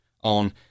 On